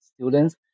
students